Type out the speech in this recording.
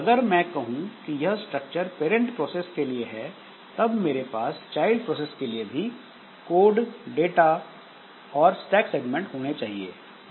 अगर मैं कहूं कि यह स्ट्रक्चर पेरेंट प्रोसेस के लिए है तब मेरे पास चाइल्ड प्रोसेस के लिए भी कोड डाटा और स्टैक सेगमेंट होने चाहिए